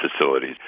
facilities